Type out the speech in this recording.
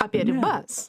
apie ribas